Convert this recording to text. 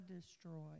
destroyed